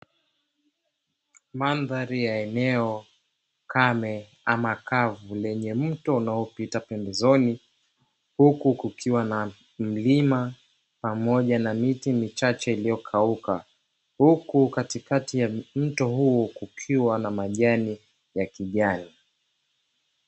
Mandhari ya eneo kame ama kavu lenye mto unaopita pembezoni, huku kukiwa na mlima pamoja na miti michache iliyokauka. Huku katikati ya mto huu kukiwa na majani ya kijani.